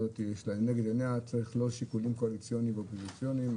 לנגד עיני הוועדה לא צריכים להיות שיקולים קואליציוניים ואופוזיציוניים.